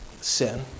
sin